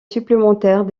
supplémentaire